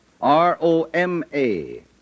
R-O-M-A